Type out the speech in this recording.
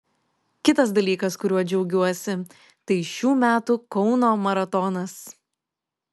kitas dalykas kuriuo džiaugiuosi tai šių metų kauno maratonas